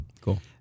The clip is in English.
Cool